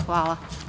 Hvala.